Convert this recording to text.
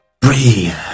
Breathe